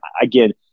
again